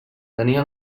tenia